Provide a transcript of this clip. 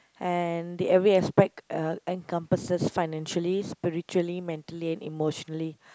and the every aspect uh encompasses financially spiritually mentally and emotionally